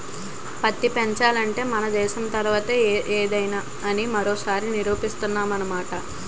పత్తి పెంచాలంటే మన దేశం తర్వాతే ఏదైనా అని మరోసారి నిరూపిస్తున్నావ్ అన్నమాట